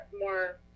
more